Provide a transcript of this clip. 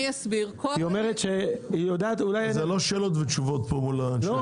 זה לא שאלות ותשובות מול אנשי המקצוע פה.